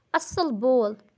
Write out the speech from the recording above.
اصل بول